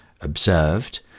observed